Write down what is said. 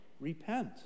Repent